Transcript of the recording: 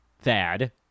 Thad